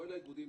כולל האיגודים,